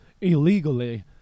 illegally